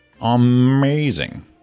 Amazing